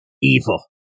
evil